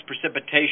precipitation